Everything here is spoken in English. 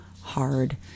hard